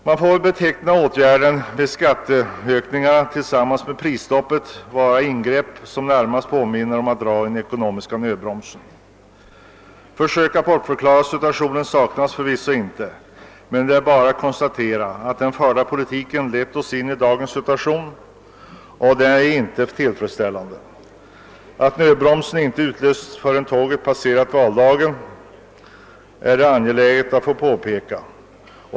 De föreslagna skattehöjningarna är tillsammans med prisstoppet ingrepp som väl bäst karakteriseras som ett begagnande av den ekonomiska nödbromsen. Försök att bortförklara situationen saknas förvisso inte, men det är bara att konstatera att den förda politiken lett oss in i dagens situation, vilken inte är tillfredsställande. Att nödbromsen inte drogs åt förrän tåget passerat valdagen, är det angeläget att få påpeka.